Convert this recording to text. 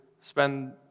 spend